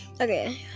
Okay